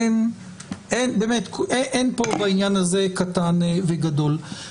אין בעניין הזה קטן וגדול.